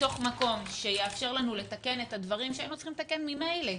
מתוך מקום שיאפשר לנו לתקן את הדברים שהיינו צריכים לתקן ממילא,